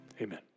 Amen